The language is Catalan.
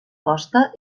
costa